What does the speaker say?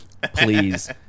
please